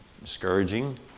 discouraging